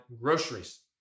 groceries